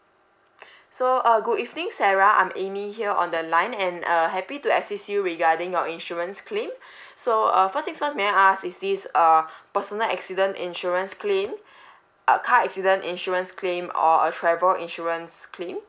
so uh good evening sarah I'm amy here on the line and err happy to assist you regarding your insurance claim so uh first thing first may I ask is this err personal accident insurance claim uh car accident insurance claim or a travel insurance claim